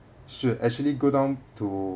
should actually go down to